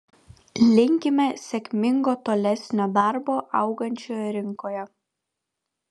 linkime sėkmingo tolesnio darbo augančioje rinkoje